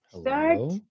Start